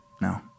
no